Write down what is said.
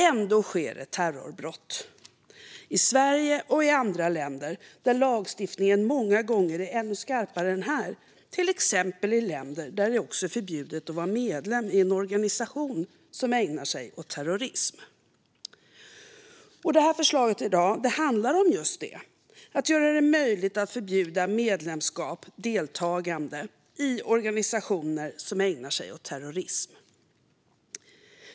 Ändå sker det terrorbrott i Sverige och i andra länder där lagstiftningen många gånger är ännu skarpare än här, till exempel i länder där det också är förbjudet att vara medlem i en organisation som ägnar sig åt terrorism. Förslaget i dag handlar om just detta: att göra det möjligt att förbjuda medlemskap och deltagande i organisationer som ägnar sig åt terrorism.